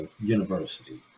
University